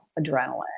adrenaline